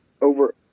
over